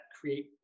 create